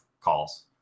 calls